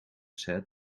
said